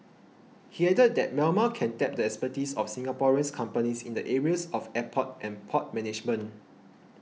he added that Myanmar can tap the expertise of Singaporean companies in the areas of airport and port management